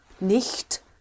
Nicht